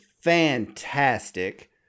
fantastic